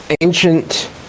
ancient